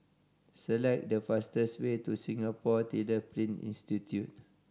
select the fastest way to Singapore Tyler Print Institute